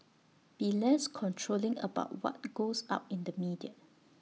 be less controlling about what goes out in the media